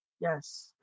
Yes